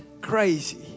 crazy